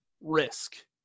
risk